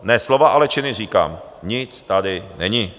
Ne slova, ale činy, říkám, nic tady není.